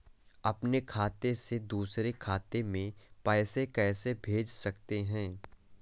अपने खाते से दूसरे खाते में पैसे कैसे भेज सकते हैं?